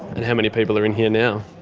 and how many people are in here now?